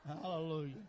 Hallelujah